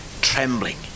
trembling